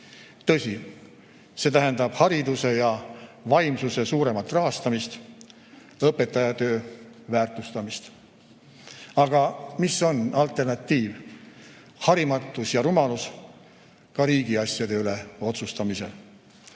Tõsi, see tähendab hariduse ja vaimsuse suuremat rahastamist, õpetajatöö väärtustamist. Aga mis on alternatiiv? Harimatus ja rumalus, ka riigiasjade üle otsustamisel.